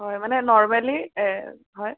হয় মানে নৰ্মেলি হয়